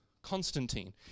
Constantine